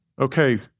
okay